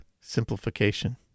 simplification